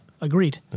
Agreed